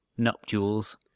nuptials